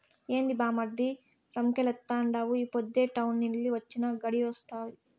ఏంది బామ్మర్ది రంకెలేత్తండావు ఈ పొద్దే టౌనెల్లి వొచ్చినా, గడియాగొస్తావా